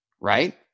right